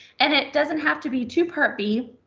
and it doesn't have to be to part b.